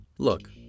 Look